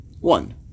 one